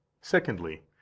Secondly